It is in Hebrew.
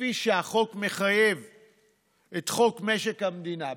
כפי שהחוק מחייב את חוק משק המדינה,